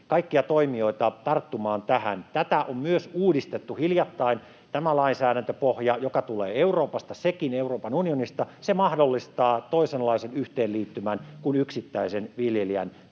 kaikkia toimijoita tarttumaan tähän. Tätä on myös uudistettu hiljattain. Tämä lainsäädäntöpohja, joka tulee Euroopasta — sekin Euroopan unionista — mahdollistaa toisenlaisen yhteenliittymän kuin yksittäisen viljelijän